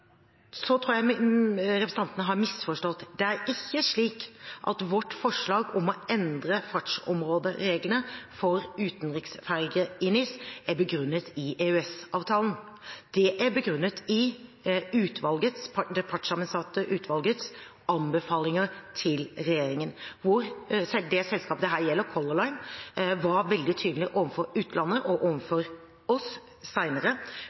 Så tror jeg representanten har misforstått. Det er ikke slik at vårt forslag om å endre fartsområdereglene for utenriksferger i NIS er begrunnet i EØS-avtalen. Det er begrunnet i det partssammensatte utvalgets anbefalinger til regjeringen, hvor det selskapet det her gjelder, Color Line, var veldig tydelig overfor utvalget, og overfor oss